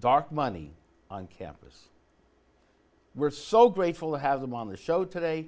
dark money on campus we're so grateful to have them on the show today